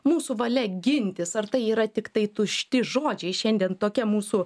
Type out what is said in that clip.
mūsų valia gintis ar tai yra tiktai tušti žodžiai šiandien tokia mūsų